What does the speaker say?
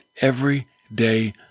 everyday